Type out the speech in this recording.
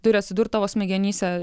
turi atsidurt tavo smegenyse